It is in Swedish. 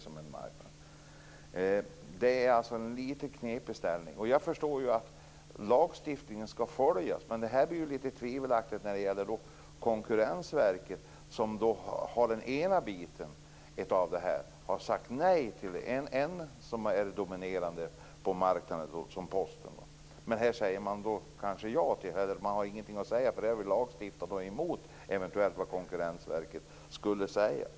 Ställningen är alltså litet knepig. Jag förstår att lagen skall följas, men det hela blir litet tvivelaktigt när det gäller Konkurrensverket, som har den ena biten av detta. Verket har sagt nej till posten, som är dominerande på marknaden. I det här fallet säger verket kanske ja, eller så har man ingenting att säga eftersom det kanske strider mot det som blir lagstiftat.